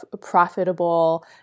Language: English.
profitable